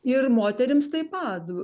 ir moterims taip pat